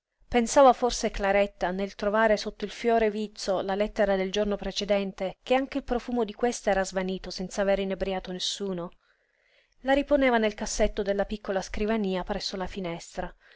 pensava forse claretta nel trovare sotto il fiore vizzo la lettera del giorno precedente che anche il profumo di questa era svanito senz'avere inebriato nessuno la riponeva nel cassetto della piccola scrivania presso la finestra